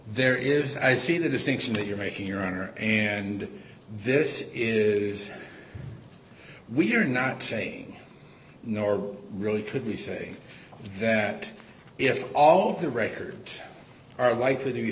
there is i see the distinction that you're making your honor and this is we're not saying nor really could we say that if all the records are likely to be